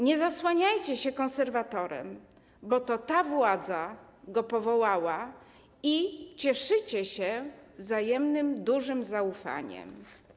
Nie zasłaniajcie się konserwatorem, bo to ta władza go powołała i cieszycie się wzajemnym dużym zaufaniem.